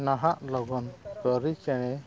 ᱱᱟᱦᱟᱜ ᱞᱟᱜᱟᱱ ᱠᱟᱹᱨᱤ ᱪᱮᱬᱮ